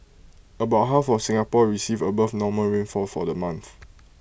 about half of Singapore received above normal rainfall for the month